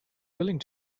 willing